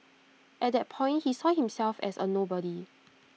at that point he saw himself as A nobody